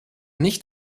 nicht